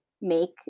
make